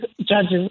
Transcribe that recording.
judges